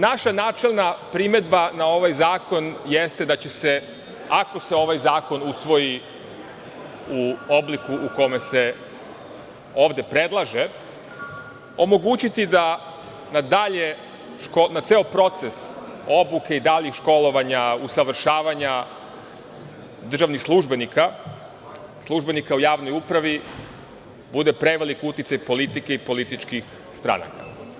Naša načelna primedba na ovaj zakon jeste da će se, ako se ovaj zakon usvoji u obliku u kome se ovde predlaže, omogućiti da na ceo proces obuke i daljeg školovanja, usavršavanja državnih službenika, službenika u javnoj upravi bude prevelik uticaj politike i političkih stranaka.